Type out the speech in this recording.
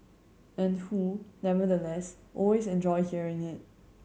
and who nevertheless always enjoy hearing it